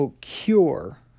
cure